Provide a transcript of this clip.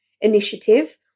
initiative